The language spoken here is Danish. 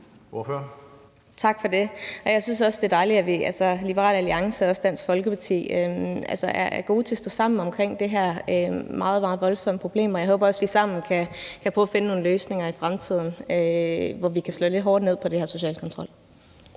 Tak for det. Jeg synes også, det er dejligt, at Liberal Alliance og også Dansk Folkeparti er gode til at stå sammen i forhold til det her meget, meget voldsomme problem, og jeg håber også, at vi sammen kan prøve at finde nogle løsninger i fremtiden, hvor vi kan slå lidt hårdere ned på social kontrol.